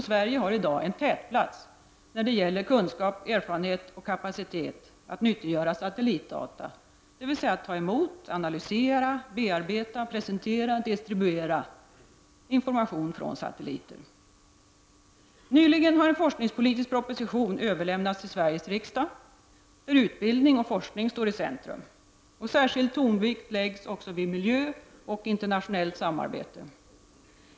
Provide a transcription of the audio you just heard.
Sverige har i dag en tätplats när det gäller kunskap, erfarenhet och kapacitet att nyttiggöra satellitdata, dvs. att ta emot, analysera, bearbeta, presentera och distribuera information från satelliter. Nyligen har en forskningspolitisk proposition överlämnats till Sveriges riksdag där utbildning och forskning står i centrum. Särskild tonvikt läggs också vid miljö och internationellt samarbete.